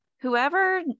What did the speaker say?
Whoever